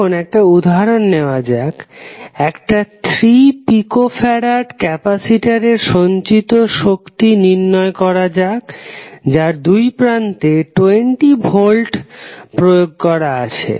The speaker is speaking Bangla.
এখন একটা উদাহরণ নেওয়া যাক একটা 3pF ক্যাপাসিটরের সঞ্চিত শক্তি নির্ণয় করা যাক যার দুই প্রান্তে 20ভোল্ট প্রয়োগ করা আছে